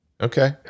Okay